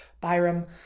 Byram